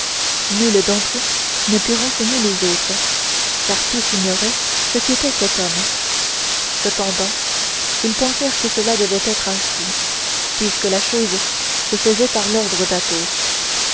nul d'entre eux ne put renseigner les autres car tous ignoraient ce qu'était cet homme cependant ils pensèrent que cela devait être ainsi puisque la chose se faisait par